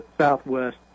Southwest